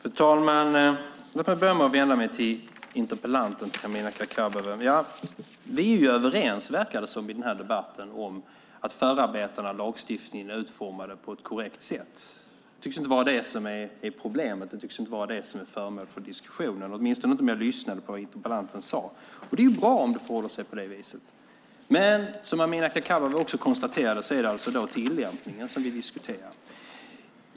Fru talman! Låt mig börja med att vända mig till interpellanten Amineh Kakabaveh. Det verkar som om vi är överens i debatten om att förarbetena till lagstiftningen är utformade på ett korrekt sätt. Det tycks inte vara problemet och heller inte föremål för diskussionen, åtminstone inte när jag lyssnade på vad interpellanten sade. Det är bra om det förhåller sig på det viset. Som Amineh Kakabaveh konstaterade är det alltså tillämpningen vi diskuterar.